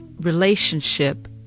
relationship